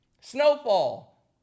Snowfall